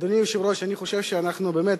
אדוני היושב-ראש, אני חושב שאנחנו באמת